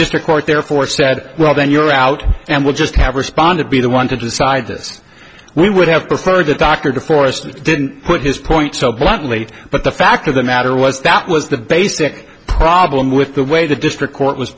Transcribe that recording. district court therefore said well then you're out and we'll just have responded be the one to decide this we would have preferred the doctor to force and didn't put his point so bluntly but the fact of the matter was that was the basic problem with the way the district co